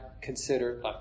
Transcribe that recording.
consider